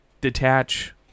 detach